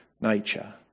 nature